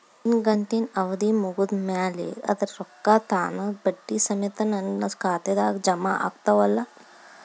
ಇಡಗಂಟಿನ್ ಅವಧಿ ಮುಗದ್ ಮ್ಯಾಲೆ ಅದರ ರೊಕ್ಕಾ ತಾನ ಬಡ್ಡಿ ಸಮೇತ ನನ್ನ ಖಾತೆದಾಗ್ ಜಮಾ ಆಗ್ತಾವ್ ಅಲಾ?